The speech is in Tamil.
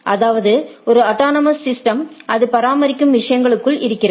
அதாவது ஒரு ஆடோனோமோஸ் சிஸ்டம்ஸ் அது பராமரிக்கும் விஷயங்களுக்குள் இருக்கிறது